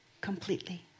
completely